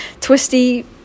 twisty